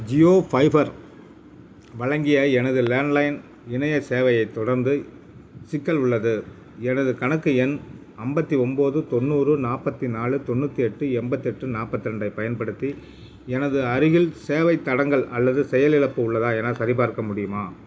Jio fibre வழங்கிய எனது landline இணையச் சேவையை தொடர்ந்து சிக்கல் உள்ளது எனது கணக்கு எண் ஐம்பத்தி ஒன்போது தொண்ணூறு நாற்பத்தி நாலு தொண்ணூற்றி எட்டு எண்பத்தெட்டு நாற்பத்தி ரெண்டைப் பயன்படுத்தி எனது அருகில் சேவைத் தடங்கல் அல்லது செயலிழப்பு உள்ளதா எனச் சரிபார்க்க முடியுமா